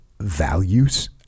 values